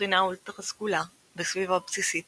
קרינה אולטרה סגולה וסביבה בסיסית